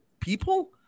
people